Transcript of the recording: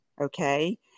Okay